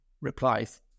replies